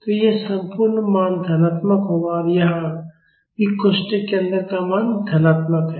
तो यह संपूर्ण मान धनात्मक होगा और यहाँ भी कोष्ठक के अंदर का मान धनात्मक है